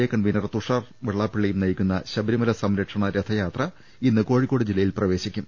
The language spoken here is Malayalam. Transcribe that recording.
എ കൺവീനർ തുഷാർ വെള്ളാപ്പ ള്ളിയും നയിക്കുന്ന ശബരിമല സംരക്ഷണ രഥയാത്ര ഇന്ന് കോഴിക്കോട് ജില്ലയിൽ പ്രവേശിക്കും